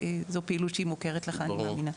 זו פעילות שהיא מוכרת לך, אני מאמינה.